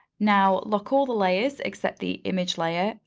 now, lock all the layers except the image layer.